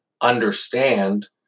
understand